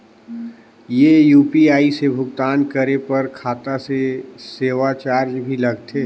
ये यू.पी.आई से भुगतान करे पर खाता से सेवा चार्ज भी लगथे?